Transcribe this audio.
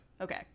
Okay